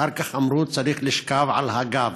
אחר כך אמרו שצריך לשכב על הגב,